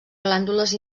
glàndules